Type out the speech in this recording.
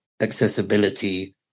accessibility